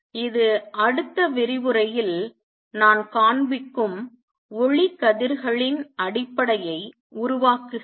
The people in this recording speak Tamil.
இது அடுத்த விரிவுரையில் நாம் காண்பிக்கும் ஒளிக்கதிர்களின் அடிப்படையை உருவாக்குகிறது